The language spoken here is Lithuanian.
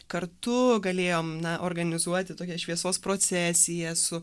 kartu galėjom organizuoti tokią šviesos procesiją su